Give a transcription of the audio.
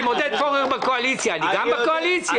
אם עודד פורר בקואליציה אז אני גם בקואליציה?